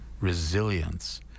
resilience